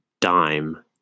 dime